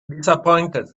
disappointed